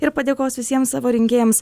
ir padėkos visiems savo rinkėjams